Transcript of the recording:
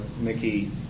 Mickey